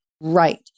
Right